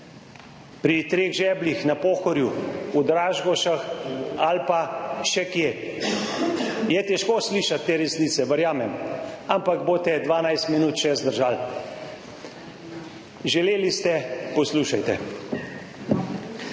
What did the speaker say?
pri Treh žebljih na Pohorju, v Dražgošah ali pa še kje? Je težko slišati te resnice, verjamem, ampak boste 12 minut še zdržali. Želeli ste – poslušajte.